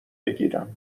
بگیرم